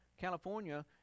California